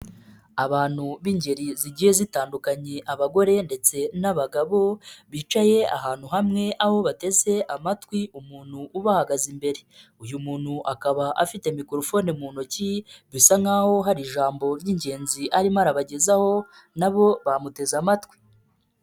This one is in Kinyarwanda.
Abantu b'ingeri zigiye zitandukanye abagore ndetse n'abagabo bicaye ahantu hamwe aho bateze amatwi umuntu ubahagaze imbere, uyu muntu akaba afite microphone mu ntoki bisa nkaho hari ijambo ry'ingenzi arimo arabagezaho na bo bamuteze amatwi.